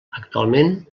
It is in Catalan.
actualment